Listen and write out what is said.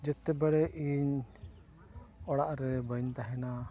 ᱡᱮᱛᱮ ᱵᱟᱲᱮ ᱤᱧ ᱚᱲᱟᱜ ᱨᱮ ᱵᱟᱹᱧ ᱛᱟᱦᱮᱱᱟ